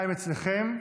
42 אצלכם.